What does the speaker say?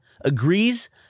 agrees